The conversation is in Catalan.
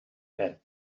perd